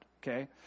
Okay